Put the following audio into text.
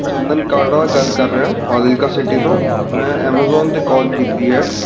ਚੰਦਨ ਕਾਲੜਾ ਗੱਲ ਕਰ ਰਿਹਾਂ ਫ਼ਾਜ਼ਿਲਕਾ ਸਿਟੀ ਤੋਂ ਮੈਂ ਐਮਾਜੋਨ 'ਤੇ ਕਾਲ ਕੀਤੀ ਹੈ